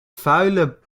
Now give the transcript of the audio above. vuile